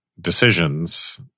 decisions